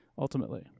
Ultimately